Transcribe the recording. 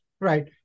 right